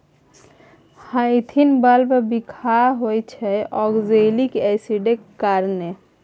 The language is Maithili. हाइसिंथ बल्ब बिखाह होइ छै आक्जेलिक एसिडक कारणेँ